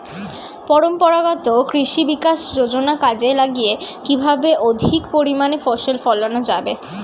পরম্পরাগত কৃষি বিকাশ যোজনা কাজে লাগিয়ে কিভাবে অধিক পরিমাণে ফসল ফলানো যাবে?